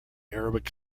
arabic